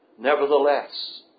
Nevertheless